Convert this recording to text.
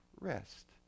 Rest